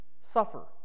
suffer